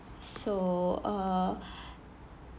so uh